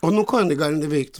o nuo ko jinai gali neveikti